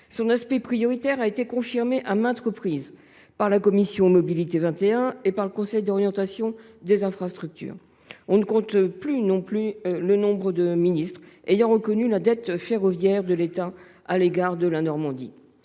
Son aspect prioritaire a été confirmé à maintes reprises par la commission Mobilité 21 et le Conseil d’orientation des infrastructures (COI). Qui plus est, on ne compte plus le nombre de ministres ayant reconnu la dette ferroviaire de l’État à l’égard de la Normandie.